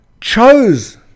chose